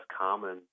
common